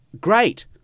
great